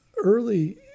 early